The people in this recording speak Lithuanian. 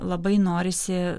labai norisi